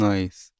Nice